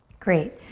great,